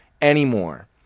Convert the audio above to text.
anymore